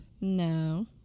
No